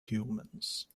humans